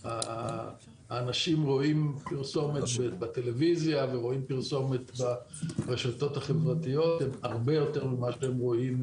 אנשים רואים פרסומת בטלוויזיה וברשתות החברתיות הרבה יותר ממה שהם רואים